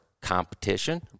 competition